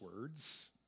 words